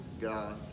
God